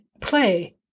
play